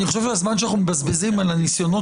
אני חושב שהזמן שאנחנו מבזבזים על הניסיונות